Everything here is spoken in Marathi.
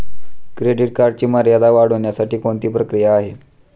क्रेडिट कार्डची मर्यादा वाढवण्यासाठी कोणती प्रक्रिया आहे?